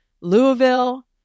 Louisville